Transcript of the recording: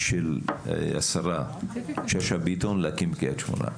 של השרה שאשא ביטון להקים בקריית שמונה.